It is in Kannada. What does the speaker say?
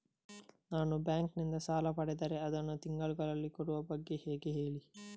ನಾವು ಬ್ಯಾಂಕ್ ನಿಂದ ಸಾಲ ಪಡೆದರೆ ಅದನ್ನು ತಿಂಗಳುಗಳಲ್ಲಿ ಕೊಡುವ ಬಗ್ಗೆ ಹೇಗೆ ಹೇಳಿ